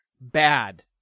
bad